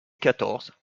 quatorze